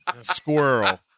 squirrel